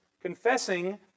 confessing